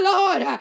Lord